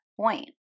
point